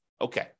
okay